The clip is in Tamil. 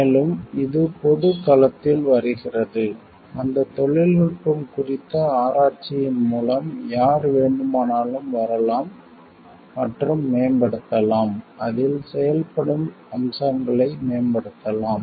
மேலும் இது பொது களத்தில் வருகிறது அந்த தொழில்நுட்பம் குறித்த ஆராய்ச்சியின் மூலம் யார் வேண்டுமானாலும் வரலாம் மற்றும் மேம்படுத்தலாம் அதில் செயல்படும் அம்சங்களை மேம்படுத்தலாம்